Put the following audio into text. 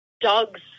dog's